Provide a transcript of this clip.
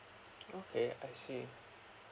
okay I see